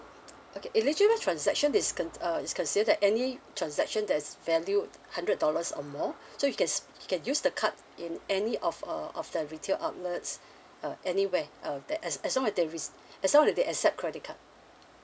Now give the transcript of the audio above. okay eligible transaction is con~ uh is considered that any transaction that's valued hundred dollars or more so you can s~ you can use the card in any of uh of the retail outlets uh anywhere uh that as as long as they recei~ as long as they accept credit card